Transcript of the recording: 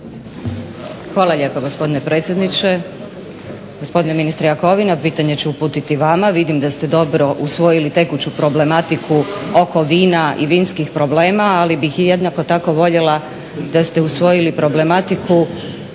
Hvala lijepa gospodine predsjedniče, gospodine ministre Jakovina pitanje ću uputiti vama. Vidim da ste dobro usvojili tekuću problematiku oko vina i vinskih problema, ali bih i jednako tako voljela da ste usvojili problematiku